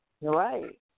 Right